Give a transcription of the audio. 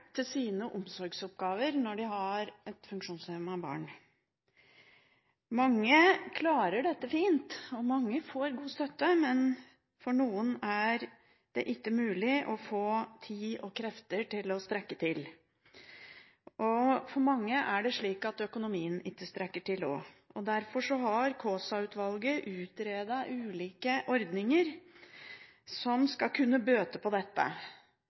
til sine omsorgsoppgaver når de har et funksjonshemmet barn. Mange klarer dette fint, og mange får god støtte, men for noen er det ikke mulig å få tid og krefter til å strekke til. For mange er det også slik at økonomien ikke strekker til. Derfor har Kaasa-utvalget utredet ulike ordninger som skal kunne bøte på dette.